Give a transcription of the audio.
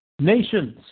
Nations